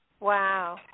Wow